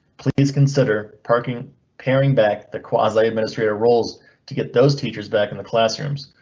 please consider parking paring back. the quasi administrator roles to get those teachers back in the classrooms,